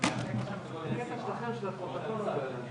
יש לנו פה שני דברים,